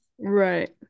Right